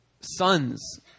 sons